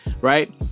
Right